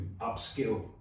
upskill